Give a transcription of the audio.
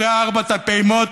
אחרי ארבע הפעימות,